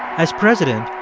as president,